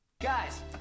guys